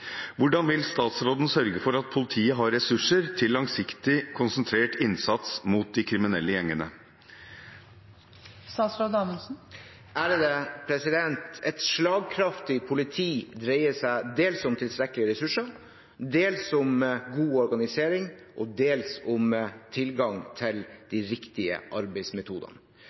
Hvordan vil statsråden sørge for at politiet har ressurser til langsiktig, konsentrert innsats mot de kriminelle gjengene?» Et slagkraftig politi dreier seg dels om tilstrekkelige ressurser, dels om god organisering og dels om tilgang til de riktige arbeidsmetodene.